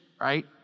right